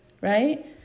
right